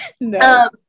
No